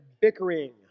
bickering